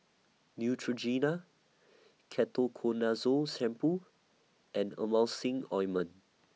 Neutrogena Ketoconazole Shampoo and Emulsying Ointment